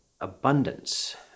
abundance